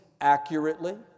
accurately